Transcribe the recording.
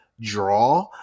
draw